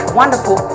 wonderful